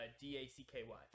D-A-C-K-Y